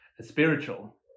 spiritual